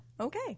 Okay